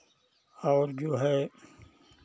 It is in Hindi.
और जो है